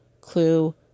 clue